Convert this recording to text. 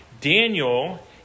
Daniel